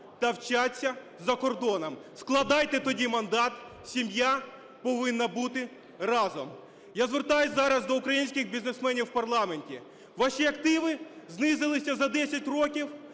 та вчаться за кордоном. Складайте тоді мандат, сім'я повинна бути разом. Я звертаюсь зараз до українських бізнесменів в парламенті. Ваші активи знизилися за 10 років